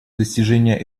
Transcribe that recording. достижения